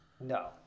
No